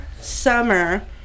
summer